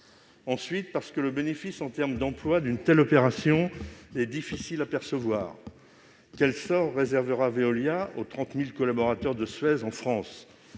Ensuite, le bénéfice en matière d'emplois d'une telle évolution est difficile à percevoir. Quel sort réservera Veolia aux 30 000 collaborateurs de Suez en France ?